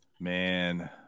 Man